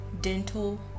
dental